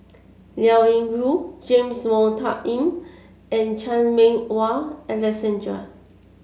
Liao Yingru James Wong Tuck Yim and Chan Meng Wah Alexander